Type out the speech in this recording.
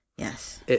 Yes